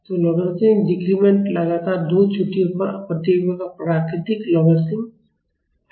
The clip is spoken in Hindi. तो लॉगरिदमिक डिक्रीमेंट लगातार दो चोटियों पर प्रतिक्रियाओं का प्राकृतिक लोगारित्म है